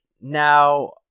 Now